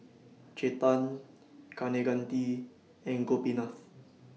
Chetan Kaneganti and Gopinath